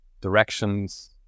directions